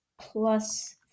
Plus